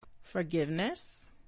Forgiveness